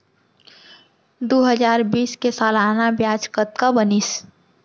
दू हजार बीस के सालाना ब्याज कतना बनिस?